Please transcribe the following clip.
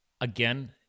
Again